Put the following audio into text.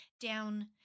down